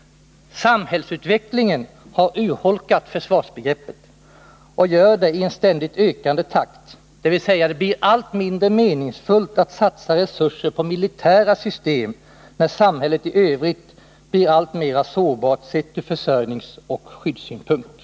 Samhällsutvecklingen har urholkat försvarsbegreppet och gör det i en ständigt ökande takt, dvs. det blir allt mindre meningsfullt att satsa resurser på militära system när samhället i övrigt blir alltmer sårbart sett ur försörjningsoch skyddssynpunkt.